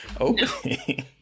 Okay